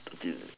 thirteen